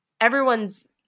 everyone's